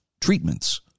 treatments